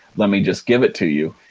let me just give it to you.